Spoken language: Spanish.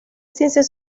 ciencias